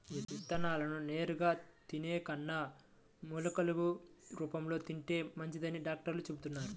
విత్తనాలను నేరుగా తినే కన్నా మొలకలు రూపంలో తింటే మంచిదని డాక్టర్లు చెబుతున్నారు